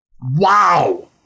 Wow